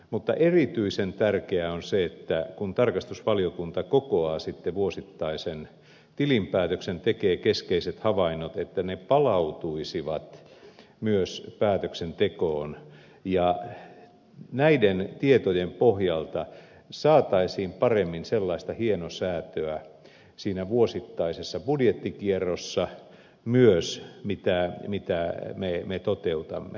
mutta erityisen tärkeää on se että kun tarkastusvaliokunta kokoaa sitten vuosittaisen tilinpäätöksen tekee keskeiset havainnot ne palautuisivat myös päätöksentekoon ja näiden tietojen pohjalta saataisiin paremmin sellaista hienosäätöä myös siinä vuosittaisessa budjettikierrossa mitä me toteutamme